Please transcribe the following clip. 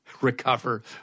recover